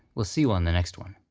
we'll see you on the next one.